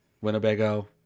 Winnebago